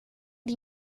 die